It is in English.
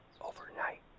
overnight